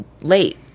late